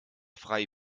frei